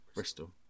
Bristol